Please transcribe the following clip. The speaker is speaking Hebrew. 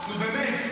נו באמת.